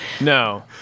No